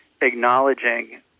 acknowledging